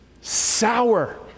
sour